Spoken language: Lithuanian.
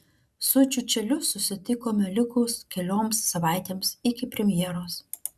su čiučeliu susitikome likus kelioms savaitėms iki premjeros